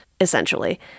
essentially